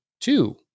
two